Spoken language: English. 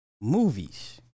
movies